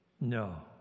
No